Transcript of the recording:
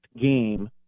game